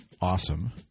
awesome –